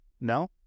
No